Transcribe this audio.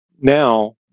now